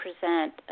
present